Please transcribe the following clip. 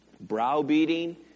browbeating